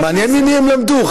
מעניין ממי הם למדו,